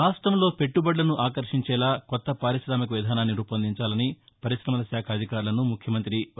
రాష్టంలో పెట్లుబడులను ఆకర్టించేలా కొత్త పార్కామిక విధానాన్ని రూపొందించాలని పర్కాశమల శాఖ అధికారులను ముఖ్యమంతి వై